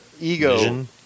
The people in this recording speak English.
ego